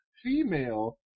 female